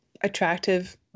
attractive